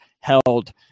held